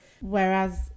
whereas